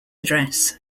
address